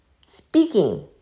speaking